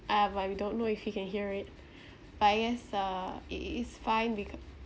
uh but we don't know if he can hear it but I guess uh it it is fine because